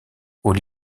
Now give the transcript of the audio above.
aux